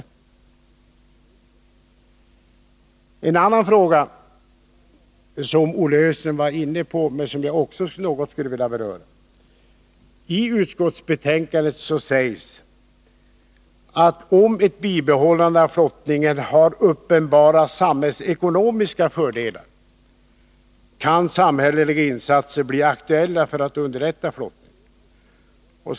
Det finns en annan fråga som Olle Östrand var inne på och som jag själv skulle vilja beröra något. I utskottsbetänkandet står det, att om ett bibehållande av flottningen har uppenbara samhällsekonomiska fördelar, kan samhälleliga insatser bli aktuella för att underlätta flottningen.